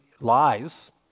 lies